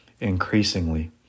increasingly